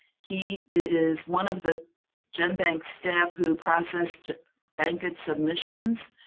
he is one of the genbank staff who process bankit submissions,